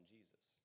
Jesus